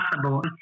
possible